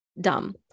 dumb